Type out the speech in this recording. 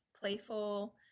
playful